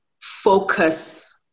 focus